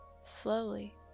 slowly